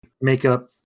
Makeup